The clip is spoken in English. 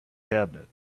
cabinet